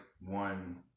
one